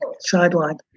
sideline